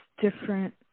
different